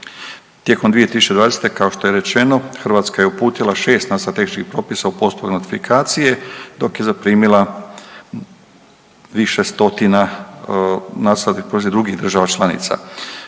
Tijekom 2020. kao što je rečeno Hrvatska je uputila 6 nacrta tehničkih propisa u postupku notifikacije, dok je zaprimila više stotina …/nerazumljivo/… drugih država članica.